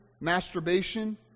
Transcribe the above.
masturbation